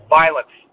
violence